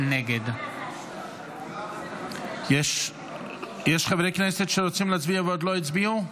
נגד יש חברי כנסת שרוצים להצביע ועוד לא הצביעו?